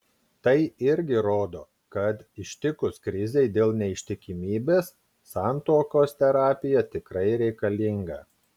tai irgi rodo kad ištikus krizei dėl neištikimybės santuokos terapija tikrai reikalinga